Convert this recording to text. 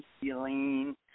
feeling